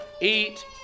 eat